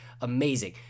Amazing